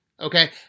okay